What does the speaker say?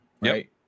right